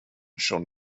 schon